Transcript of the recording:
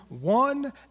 one